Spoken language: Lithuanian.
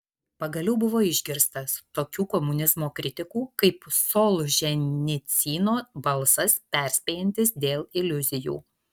pagaliau buvo išgirstas tokių komunizmo kritikų kaip solženicyno balsas perspėjantis dėl iliuzijų